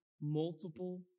multiple